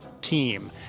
team